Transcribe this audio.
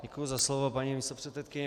Děkuji za slovo, paní místopředsedkyně.